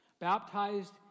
Baptized